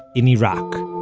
in iraq